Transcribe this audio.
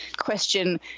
question